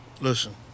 Listen